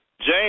James